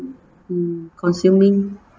mm consuming